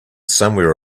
somewhere